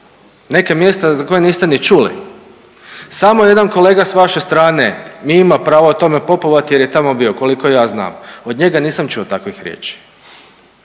neka mjesta za koja niste ni čuli. Samo jedan kolega sa vaše strane mi ima pravo o tome popovati jer je tamo bio koliko ja znam. Od njega nisam čuo takvih riječi.